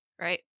Right